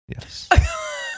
Yes